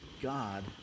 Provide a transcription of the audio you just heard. God